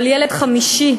כל ילד חמישי,